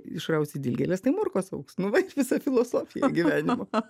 išrausi dilgėles tai morkos augs nu va ir visa filosofija gyvenimo